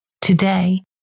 Today